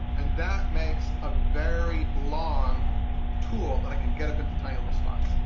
and that makes a very, long tool that i can get up into tiny little spots.